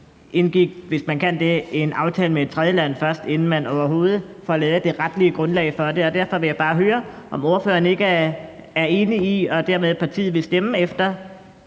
indgik, hvis man kan det, en aftale med et tredjeland først, inden man overhovedet fik lavet det retlige grundlag for det. Derfor vil jeg bare høre, om ordføreren ikke er enig i og partiet dermed vil stemme for,